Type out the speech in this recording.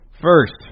First